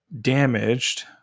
damaged